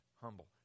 humble